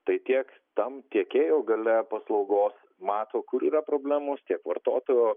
tai tiek tam tiekėjo galia paslaugos mato kur yra problemos tiek vartotojai o